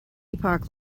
epoch